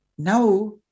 Now